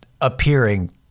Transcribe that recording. appearing